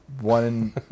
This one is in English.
one